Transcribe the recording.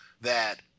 that-